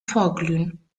vorglühen